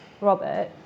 Robert